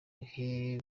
bihe